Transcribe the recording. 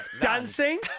dancing